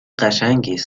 قشنگی